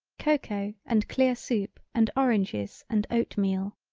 cocoa and clear soup and oranges and oat-meal.